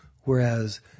Whereas